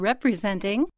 Representing